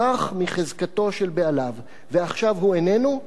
ברח מחזקתו של בעליו, ועכשיו הוא איננו,